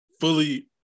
fully